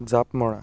জাঁপ মৰা